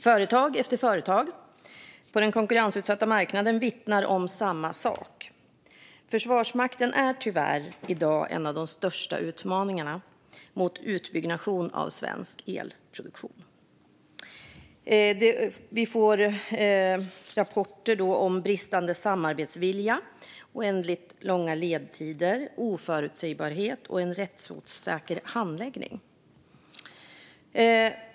Företag efter företag på den konkurrensutsatta marknaden vittnar om samma sak: Försvarsmakten är tyvärr i dag en av de största utmaningarna mot utbyggnation av svensk elproduktion. Vi får rapporter om bristande samarbetsvilja, oändligt långa ledtider, oförutsägbarhet och en rättsosäker handläggning.